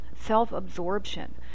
self-absorption